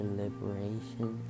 liberation